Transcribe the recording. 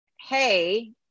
hey